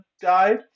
died